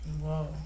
Whoa